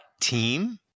team